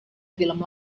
film